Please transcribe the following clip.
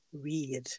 read